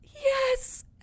yes